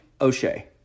O'Shea